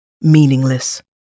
meaningless